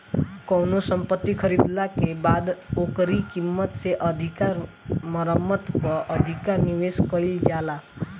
कवनो संपत्ति खरीदाला के बाद ओकरी कीमत से अधिका मरम्मत पअ अधिका निवेश कईल जाला